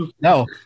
no